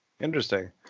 Interesting